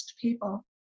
people